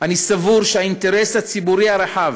אני סבור שהאינטרס הציבורי הרחב